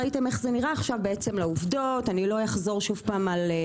ראיתם איך זה נראה עכשיו בעצם לעובדות אני לא אחזור שוב פעם.